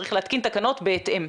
צריך להתקין תקנות בהתאם.